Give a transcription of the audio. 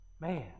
Man